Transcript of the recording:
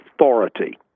authority